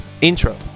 Intro